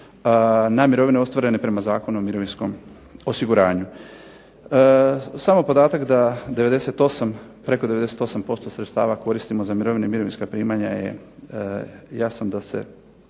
na mirovine ostvarene prema Zakonu o mirovinskom osiguranju. Samo podatak da 98, preko 98% sredstava koristimo za mirovine i mirovinska primanja. Jasno da se